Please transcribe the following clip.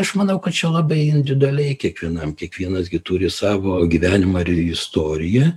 aš manau kad čia labai individualiai kiekvienam kiekvienas gi turi savo gyvenimą ir istoriją